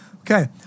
Okay